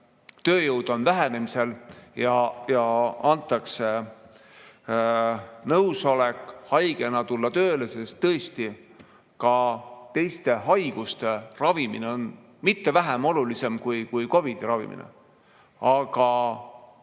tööjõud on vähenemisel ja antakse nõusolek haigena tulla tööle, sest tõesti, ka teiste haiguste ravimine pole mitte vähem oluline kui COVID‑i ravimine. Aga